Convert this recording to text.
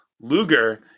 Luger